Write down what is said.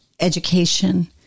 education